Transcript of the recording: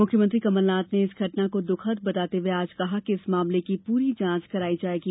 मुख्यमंत्री कमलनाथ ने इस घटना को दुखद बताते हुए आज कहा कि इस मामले की पूरी जांच कराई जाएगी